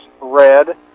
red